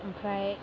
ओमफ्राय